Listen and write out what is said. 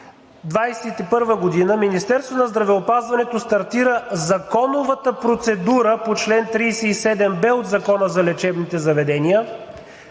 2021 г. Министерството на здравеопазването стартира законовата процедура по чл. 37б от Закона за лечебните заведения,